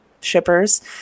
shippers